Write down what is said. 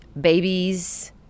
babies